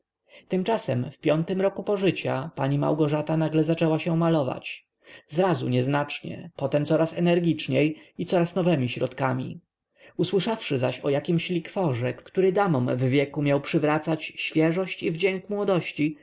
tymczasem w piątym roku pożycia pani małgorzata nagle poczęła się malować zrazu nieznacznie potem coraz energiczniej i coraz nowemi środkami usłyszawszy zaś o jakimś likworze który damom w wieku miał przywracać świeżość i wdzięk młodości